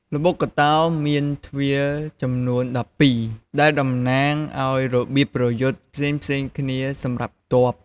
ល្បុក្កតោមាន ទ្វារ ចំនួន ១២ ដែលតំណាងឱ្យរបៀបប្រយុទ្ធផ្សេងៗគ្នាសម្រាប់ទ័ព។